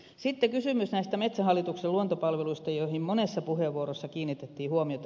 sitten kysymys näistä metsähallituksen luontopalveluista joihin monessa puheenvuorossa kiinnitettiin huomiota